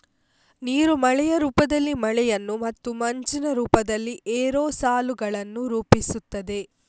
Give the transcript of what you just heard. ನೀರು ಮಳೆಯ ರೂಪದಲ್ಲಿ ಮಳೆಯನ್ನು ಮತ್ತು ಮಂಜಿನ ರೂಪದಲ್ಲಿ ಏರೋಸಾಲುಗಳನ್ನು ರೂಪಿಸುತ್ತದೆ